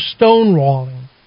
stonewalling